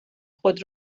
خود